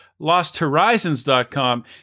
LostHorizons.com